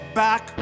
back